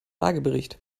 lagebericht